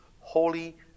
holy